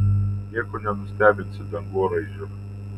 nieko nenustebinsi dangoraižiu